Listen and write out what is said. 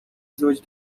زوج